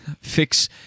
fix